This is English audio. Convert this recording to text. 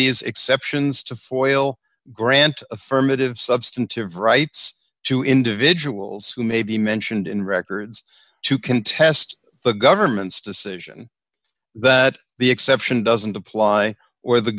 these exceptions to foil grant affirmative substantive rights to individuals who may be mentioned in records to contest the government's decision that the exception doesn't apply or the